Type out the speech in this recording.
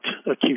acute